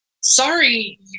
sorry